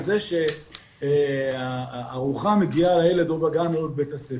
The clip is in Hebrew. זה שהארוחה מגיעה לילד או בגן או בבית הספר.